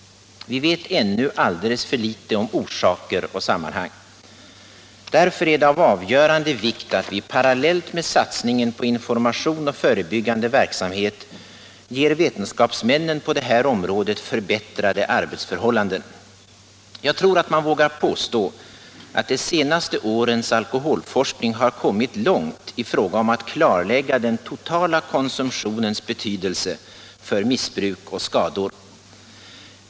Vi vet ännu alldeles för litet om orsaker och sammanhang. Därför är det av avgörande vikt att vi parallellt med satsningen på information och förebyggande verksamhet ger vetenskapsmännen på det här området förbättrade arbetsförhållanden. Jag tror att man vågar påstå att de senaste årens alkoholforskning kommit långt i fråga om att klarlägga den totala konsumtionens betydelse för missbruk och skador.